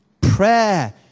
Prayer